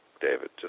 David